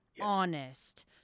honest